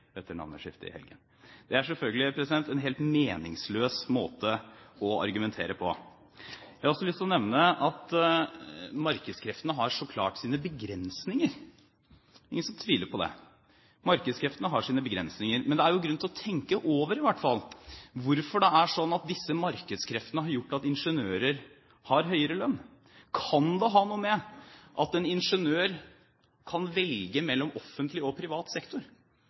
etter navneskiftet i helgen. Det er selvfølgelig en helt meningsløs måte å argumentere på. Jeg har også lyst til å nevne at markedskreftene klart har sine begrensninger. Det er ingen som tviler på det. Markedskreftene har sine begrensninger, men det er i hvert fall grunn til å tenke over hvorfor det er slik at disse markedskreftene har ført til at ingeniører har høyere lønn. Kan det ha noe å gjøre med at en ingeniør kan velge mellom offentlig og privat sektor